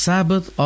Sabbath